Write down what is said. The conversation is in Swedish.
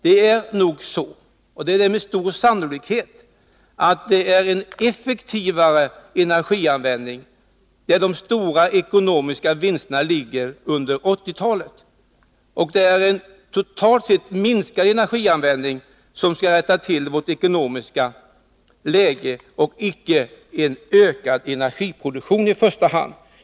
Det är med stor sannolikhet så att det är i en effektivare energianvändning som de stora vinsterna ligger under 1980-talet. Det är en totalt sett minskad energianvändning som skall rätta till vårt ekonomiska läge och inte i första hand en ökad energiproduktion.